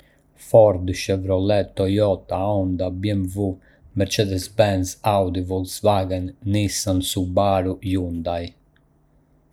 Ka shumë marka makinash të njohura, si Ford, Chevrolet, Toyota, Honda, BMW, Mercedes-Benz, Audi, Volkswagen, Nissan, Subaru, dhe Hyundai. Çdo njëra nga këto marka është e njohur për modelet e saj unike dhe karakteristikat dalluese.